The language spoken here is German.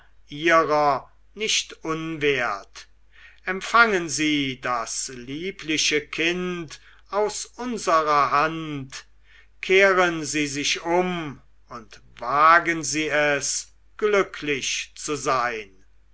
ihrer nicht unwert empfangen sie das liebliche kind aus unserer hand kehren sie sich um und wagen sie es glücklich zu sein